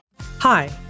hi